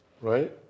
right